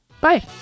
Bye